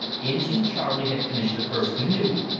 injin charley had finished the first canoe,